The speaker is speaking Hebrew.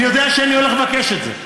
אני יודע שאני הולך לבקש את זה.